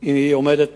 עומדת